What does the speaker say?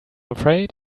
afraid